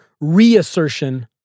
reassertion